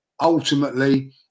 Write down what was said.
Ultimately